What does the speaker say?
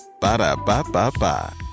Ba-da-ba-ba-ba